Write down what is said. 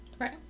right